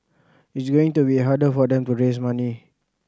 it's going to be harder for them to raise money